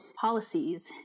policies